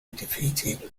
defeated